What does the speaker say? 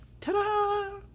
ta-da